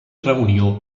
reunió